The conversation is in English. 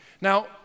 Now